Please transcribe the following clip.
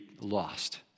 lost